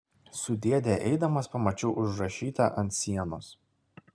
su dėde eidamas pamačiau užrašytą ant sienos